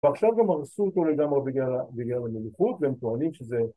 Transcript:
‫ועכשיו הם הרסו אותו לגמרי ‫בגלל המלוכות והם טוענים שזה...